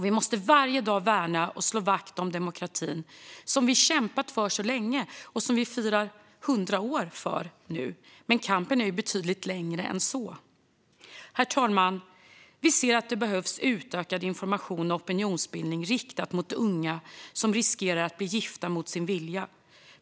Vi måste varje dag värna och slå vakt om demokratin, som vi har kämpat för så länge och som nu firar 100 år. Men kampen har pågått betydligt längre än så. Herr talman! Vi ser att det behövs utökad information och opinionsbildning riktad mot unga som riskerar att bli gifta mot sin vilja.